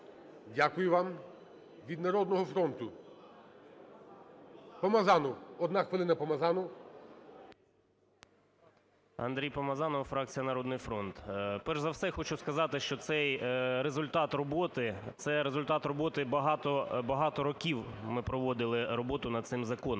Дякую вам. Від "Народного фронту"Помазанов. Одна хвилина, Помазанов. 10:25:23 ПОМАЗАНОВ А.В. АндрійПомазанов, фракція "Народний фронт". Перш за все хочу сказати, що цей результат роботи – це результат роботи… багато років ми проводили роботу над цим законом.